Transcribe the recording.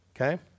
okay